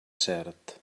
cert